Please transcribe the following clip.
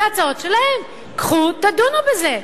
אלה הצעות שלהם, קחו, תדונו בזה.